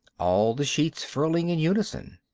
all the sheets furling in unison.